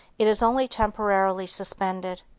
it is only temporarily suspended.